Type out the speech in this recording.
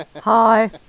Hi